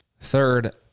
Third